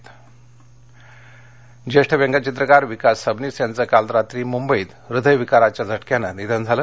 निधन मंबई पश्चिम ज्येष्ठ व्यंगचित्रकार विकास सबनीस यांचे काल रात्री मुंबईत हृदयविकाराच्या झटक्यानं निधनझालं